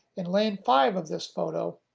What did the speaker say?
in lane five of this photo